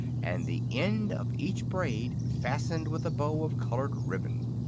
and the end of each braid fastened with a bow of colored ribbon.